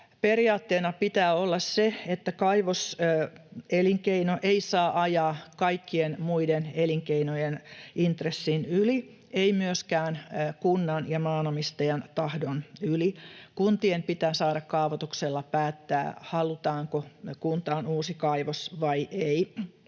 periaatteena pitää olla se, että kaivoselinkeino ei saa ajaa kaikkien muiden elinkeinojen intressin yli, ei myöskään kunnan ja maanomistajan tahdon yli. Kuntien pitää saada kaavoituksella päättää, halutaanko kuntaan uusi kaivos vai ei.